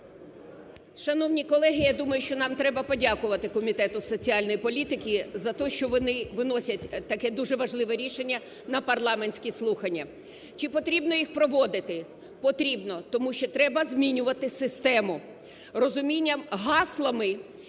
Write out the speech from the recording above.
Шановні колеги, я думаю, що нам треба подякувати Комітету із соціальної політики за те, що вони виносять таке, дуже важливе, рішення на парламентські слухання. Чи потрібно їх проводити? Потрібно, тому що треба змінювати систему, розумінням, гаслами.